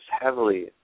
heavily